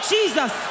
Jesus